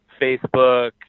Facebook